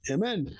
Amen